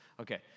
Okay